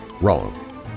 Wrong